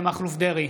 אריה מכלוף דרעי,